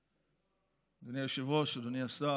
אדוני היושב-ראש, אדוני השר,